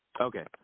Okay